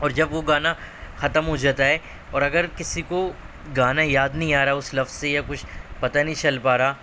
اور جب وہ گانا ختم ہو جاتا ہے اور اگر کسی کو گانا یاد نہیں آ رہا ہے اس لفظ سے یا کچھ پتا نہیں چل پا رہا